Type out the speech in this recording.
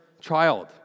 child